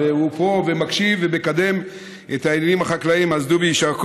ונחזק את ידיהם ונאחל להם